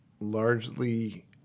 largely